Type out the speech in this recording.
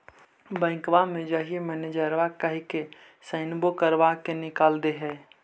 बैंकवा मे जाहिऐ मैनेजरवा कहहिऐ सैनवो करवा के निकाल देहै?